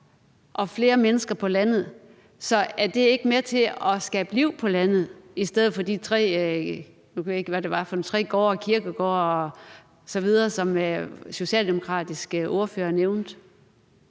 og flere mennesker på landet. Så er det ikke med til at skabe liv på landet i stedet for de tre gårde – nu kan jeg ikke lige huske,